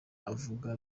avuga